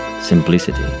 simplicity